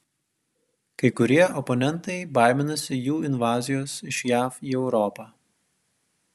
kai kurie oponentai baiminasi jų invazijos iš jav į europą